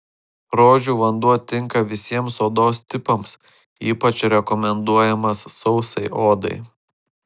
rožių vanduo tinka visiems odos tipams ypač rekomenduojamas sausai odai